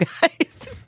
guys